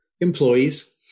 Employees